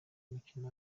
umukino